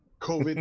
COVID